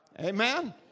Amen